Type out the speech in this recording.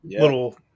little